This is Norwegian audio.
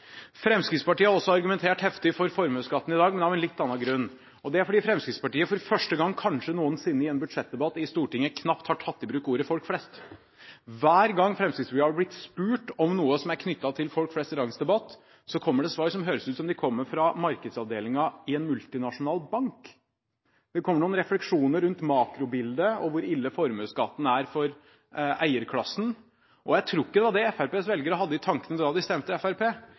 Fremskrittspartiet har også argumentert heftig for formuesskatten i dag, men av en litt annen grunn, og det er fordi Fremskrittspartiet kanskje for første gang noen sinne i en budsjettdebatt i Stortinget knapt har tatt i bruk ordet «folk flest». Hver gang Fremskrittspartiet har blitt spurt om noe som er knyttet til «folk flest» i dagens debatt, kommer det svar som høres ut som om de kommer fra markedsavdelingen i en multinasjonal bank. Det kommer noen refleksjoner rundt makrobildet og hvor ille formuesskatten er for eierklassen. Jeg tror ikke det var det Fremskrittspartiets velgere hadde i tankene da de stemte